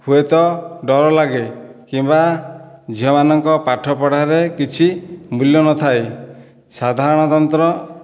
ହୁଏତ ଡର ଲାଗେ କିମ୍ବା ଝିଅମାନଙ୍କ ପାଠପଢ଼ାରେ କିଛି ମୂଲ୍ୟ ନଥାଏ ସାଧାରଣତଃ